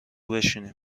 بشینیم